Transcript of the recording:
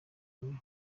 umuriro